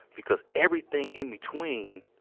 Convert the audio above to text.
because everything in between,